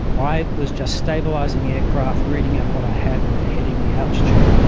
i was just stabilising the aircraft, reading up what i had with the heading, the altitude,